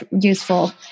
useful